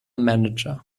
manager